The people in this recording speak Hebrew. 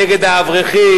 נגד האברכים,